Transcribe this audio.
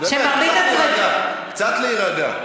שמרבית השרפות, קצת להירגע.